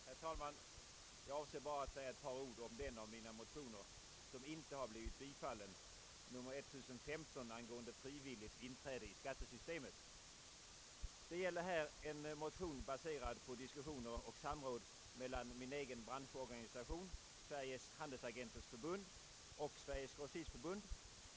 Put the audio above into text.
Herr talman! Jag avser bara att säga några ord om den av mina motioner som inte har blivit tillstyrkt, nr 1015 angående frivilligt inträde i skattesystemet. Motionen är baserad på diskussioner och samråd mellan min egen branschorganisation, Sveriges handelsagenters förbund, och Sveriges grossistförbund.